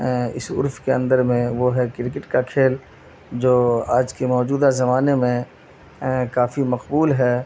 اس عرف کے اندر میں وہ ہے کرکٹ کا کھیل جو آج کے موجودہ زمانے میں کافی مقبول ہے